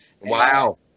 Wow